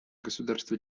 государства